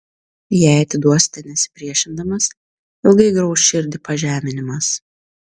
jei atiduosite nesipriešindamas ilgai grauš širdį pažeminimas